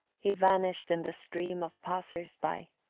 he vanished in the stream of passersby,